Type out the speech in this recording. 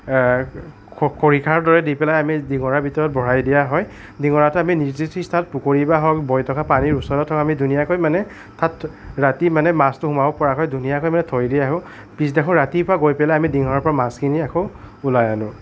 খৰিকাৰ দৰে দি পেলাই আমি ডিঙৰাৰ ভিতৰত ভৰাই দিয়া হয় ডিঙৰাটো আমি নিৰ্দিষ্ট ঠাইত পুখুৰীত বা বৈ থকা পানীৰ ওচৰত হওক আমি ধুনীয়াকৈ মানে তাত ৰাতি মানে মাছটো সোমাব পৰাকৈ মানে ধুনীয়াকৈ মানে থৈ দি আহোঁ পিছদিনাখন ৰাতিপুৱাই গৈ পেলাই আমি ডিঙৰাৰ পৰা মাছখিনি আকৌ ওলিয়াই আনো